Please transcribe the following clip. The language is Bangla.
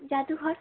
জাদুঘর